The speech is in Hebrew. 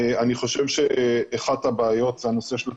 אני חושב שאחת הבעיות זה הנושא של הקריטריונים.